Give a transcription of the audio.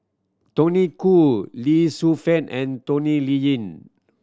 Tony Khoo Lee Shu Fen and Tony Liying